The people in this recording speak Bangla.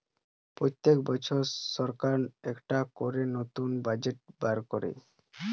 পোত্তেক বছর সরকার একটা করে নতুন বাজেট বের কোরে